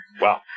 wow